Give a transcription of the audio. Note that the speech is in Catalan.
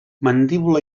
mandíbula